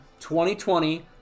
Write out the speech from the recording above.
2020